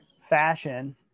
fashion